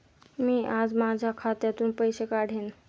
मी आज माझ्या खात्यातून पैसे काढेन